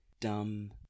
dumb